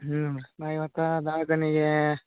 ಹ್ಞೂ ನಾ ಇವತ್ತು ದವಾಖಾನೆಗೆ